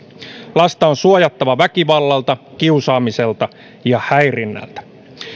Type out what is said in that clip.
lasta on suojattava väkivallalta kiusaamiselta ja häirinnältä